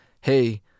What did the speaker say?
Hey